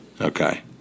Okay